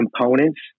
components